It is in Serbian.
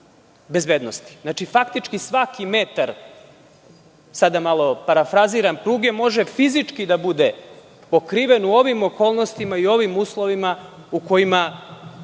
bezbednosti. Znači, faktički, svaki metar, sada malo parafraziram, pruge može fizički da bude pokriven u ovim okolnostima i u ovim uslovima u kojima